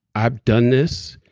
i've done this.